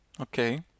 okay